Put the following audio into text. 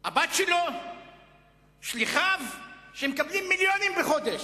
הבת שלו ושליחיו שמקבלים מיליונים בחודש.